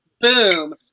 boom